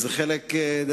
וזה בכלל נוגע,